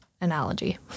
analogy